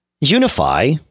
Unify